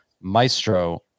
maestro